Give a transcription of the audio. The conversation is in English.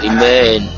Amen